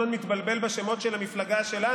אני אבדוק, אני אפנה אליך בכל פעם שיש לי ספק.